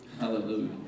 Hallelujah